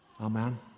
Amen